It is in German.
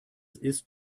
ist